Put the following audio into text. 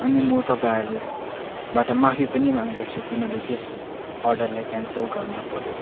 अनि म तपाईँहरूबाट माफी पनि माग्दछु कि मैले त्यस अर्डरलाई क्यान्सल गर्न पऱ्यो